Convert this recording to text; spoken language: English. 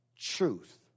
Truth